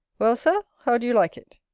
well, sir, how do you like it?